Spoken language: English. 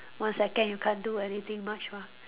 one second you can't do anything much mah